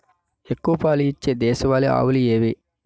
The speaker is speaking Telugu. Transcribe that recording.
ఎక్కువ పాలు ఇచ్చే దేశవాళీ ఆవులు ఏవి?